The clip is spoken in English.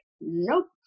Nope